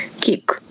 kick